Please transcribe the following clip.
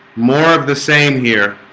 more of the same here